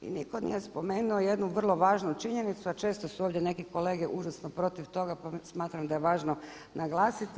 I nitko nije spomenuo jednu vrlo važnu činjenicu a često su ovdje neke kolege užasno protiv toga pa smatram da je važno naglasiti.